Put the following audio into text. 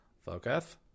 Focus